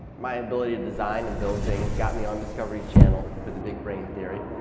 my ability to design and build things got me on discovery channels for the big brain theory.